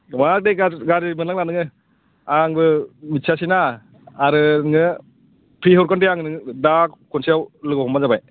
नङा दे गाज्रि गाज्रि मोन नांला नोङो आंबो मिथियासैना आरो नोङो फ्रि हरगोन दे आं नोंनो दा खनसेयाव लोगो हमब्लानो जाबाय